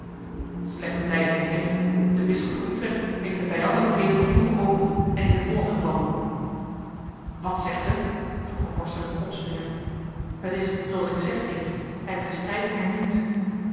slechte tijdingen heer de bisschop van utrecht heeft de vijandelijkheden opnieuw geopend en is in holland gevallen wat zegt ge vroeg van borselen opspringend t is zooals ik zeg heer hij heeft den strijd hernieuwd